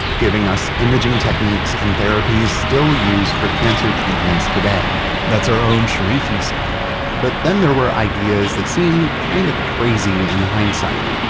giving us imaging techniques and therapies still used for cancer treatments today that's our own sharif youssef but then there were ideas that seem kind of crazy, in hindsight.